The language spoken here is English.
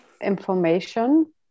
Information